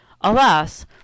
Alas